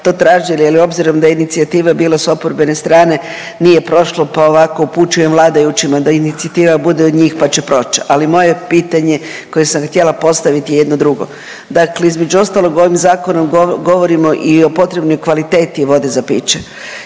to tražili, ali obzirom da je inicijativa bila s oporbene strane nije prošlo pa ovako upućujem vladajućima da inicijativa bude od njih pa će proći. Ali moje pitanje koje sam htjela postaviti je jedno drugo. Dakle, između ostalog ovim zakonom govorimo i o potrebnoj kvaliteti vode za piće,